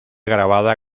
grabada